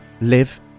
live